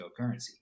cryptocurrency